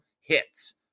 hits